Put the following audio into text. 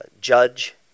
judge